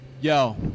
Yo